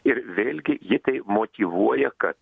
ir vėlgi ji tai motyvuoja kad